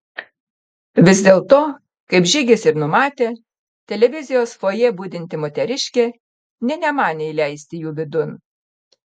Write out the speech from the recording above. vis dėlto kaip žygis ir numatė televizijos fojė budinti moteriškė nė nemanė įleisti jų vidun